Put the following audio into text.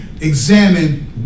examine